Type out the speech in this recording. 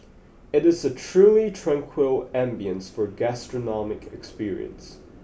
it is a truly tranquil ambience for gastronomic experience